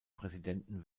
präsidenten